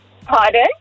Pardon